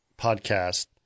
podcast